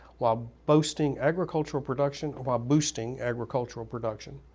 while boasting agricultural production while boosting agricultural production,